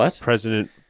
president